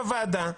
בוועדה,